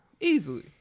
easily